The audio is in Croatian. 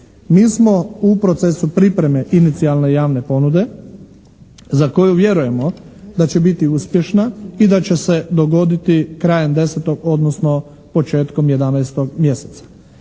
Mi smo u procesu pripreme inicijalne javne ponude za koju vjerujemo da će biti uspješna i da će se dogoditi krajem 10., odnosno početkom 11. mjeseca.